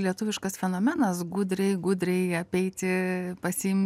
lietuviškas fenomenas gudriai gudriai apeiti pasiimti